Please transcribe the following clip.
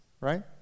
right